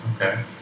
Okay